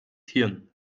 hirn